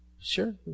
Sure